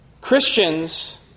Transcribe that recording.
Christians